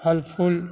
फल फूल